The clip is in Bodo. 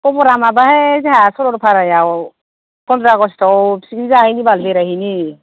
खब'रा माबा हाय जोंहा सरलफारायाव फनद्र' आगष्ट'याव पिकनिक जाहैनि बाल बेरायहैनि